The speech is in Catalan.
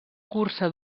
cursa